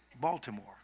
Baltimore